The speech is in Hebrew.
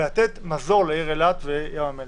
ולתת מזור לעיר אילת ולים המלח.